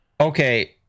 Okay